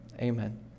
Amen